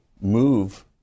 move